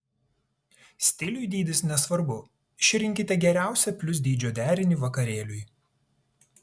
stiliui dydis nesvarbu išrinkite geriausią plius dydžio derinį vakarėliui